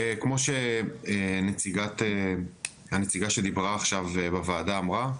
כמו שהנציגה שדיברה עכשיו בוועדה אמרה,